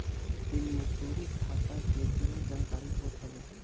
एमे तोहरी खाता के जुड़ल जानकारी होत हवे